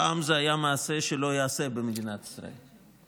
פעם זה היה מעשה שלא ייעשה במדינת ישראל,